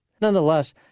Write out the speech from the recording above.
Nonetheless